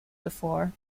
before